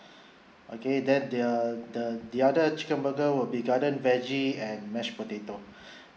okay that the other the other chicken burger will be garden veggie and mashed potato